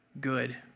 good